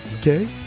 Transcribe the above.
Okay